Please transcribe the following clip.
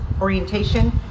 orientation